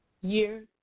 Year